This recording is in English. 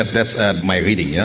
that's ah my reading, yes,